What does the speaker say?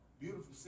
Beautiful